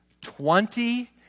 Twenty